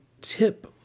tip